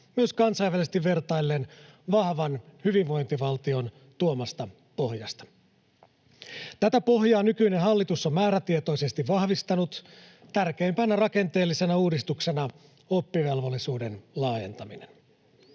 myös kansainvälisesti vertaillen vahvan hyvinvointivaltion tuomasta pohjasta. Tätä pohjaa nykyinen hallitus on määrätietoisesti vahvistanut, tärkeimpänä rakenteellisena uudistuksena oppivelvollisuuden laajentaminen.